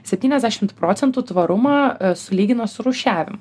septyniasdešimt procentų tvarumą sulygino su rūšiavimu